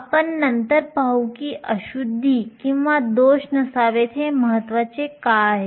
आपण नंतर पाहू की अशुद्धी किंवा दोष नसावेत हे महत्वाचे का आहे